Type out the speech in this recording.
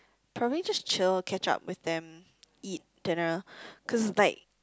probably just chill catch up with them eat dinner cause like